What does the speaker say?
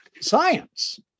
Science